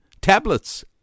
tablets